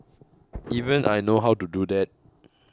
even I know how to do that